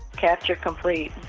capture complete,